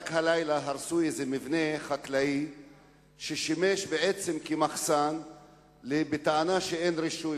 רק הלילה הרסו איזה מבנה חקלאי ששימש בעצם כמחסן בטענה שאין רישוי,